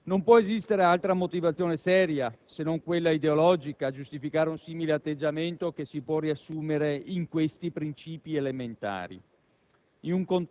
Non può esistere altra motivazione seria, se non quella ideologica, a giustificare un simile atteggiamento che si può riassumere nei seguenti princìpi elementari: